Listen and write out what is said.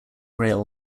rail